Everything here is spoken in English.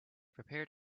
prepared